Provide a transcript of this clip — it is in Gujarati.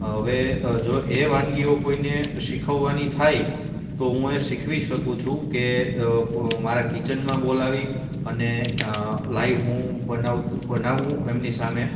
હવે જો એ વાનગીઓ કોઈને શિખવવાની થાય તો હું એ શીખવી શકું છું કે મારા કિચનમાં બોલાવી અને લાઈવ હું બનાવું એમની સામે